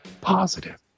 positive